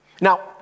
Now